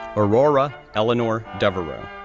aurora eleanor devereaux,